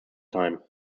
time